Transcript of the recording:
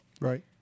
Right